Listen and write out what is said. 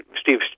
Steve